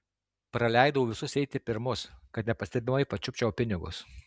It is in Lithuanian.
praleidau visus eiti pirmus kad nepastebimai pačiupčiau pinigus